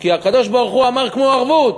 כי הקדוש-ברוך-הוא אמר כמו ערבות,